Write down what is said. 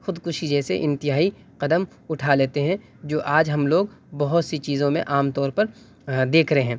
خودکشی جیسے انتہائی قدم اٹھا لیتے ہیں جو آج ہم لوگ بہت سی چیزوں میں عام طور پر دیکھ رہے ہیں